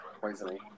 poisoning